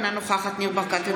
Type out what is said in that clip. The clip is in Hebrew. אינה נוכחת ניר ברקת,